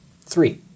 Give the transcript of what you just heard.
Three